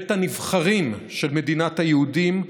בית הנבחרים של מדינת היהודים,